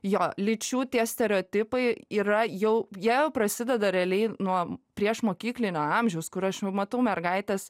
jo lyčių tie stereotipai yra jau jie jau prasideda realiai nuo priešmokyklinio amžiaus kur aš jau matau mergaites